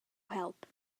help